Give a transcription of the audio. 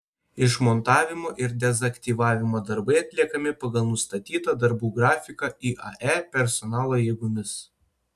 išmontavimo ir dezaktyvavimo darbai atliekami pagal nustatytą darbų grafiką iae personalo jėgomis